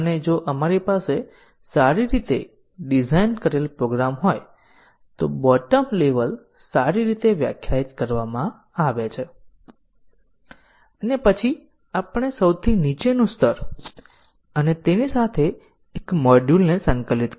જો આપણી પાસે રેકોર્ડ અને પ્લે ટૂલ છે તો આપણે ફક્ત તમામ ટેસ્ટ કેસ સરળતાથી ચલાવીએ છીએ અને તપાસીએ છીએ કે બધા ટેસ્ટ કેસ પાસ થયા છે કે કેટલાક ટેસ્ટ કેસ નિષ્ફળ ગયા છે